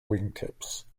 wingtips